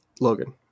logan